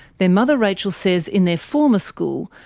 their mother rachel says in their former school,